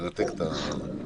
עוד פעם,